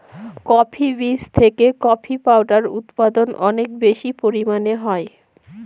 coffee বীজ থেকে coffee powder উৎপাদন অনেক বেশি পরিমানে হয়